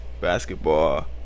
basketball